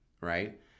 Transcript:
Right